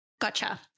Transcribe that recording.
Gotcha